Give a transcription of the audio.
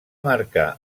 marcar